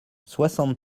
soixante